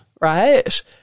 right